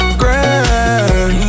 grand